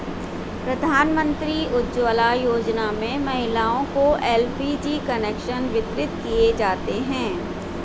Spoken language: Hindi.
प्रधानमंत्री उज्ज्वला योजना में महिलाओं को एल.पी.जी कनेक्शन वितरित किये जाते है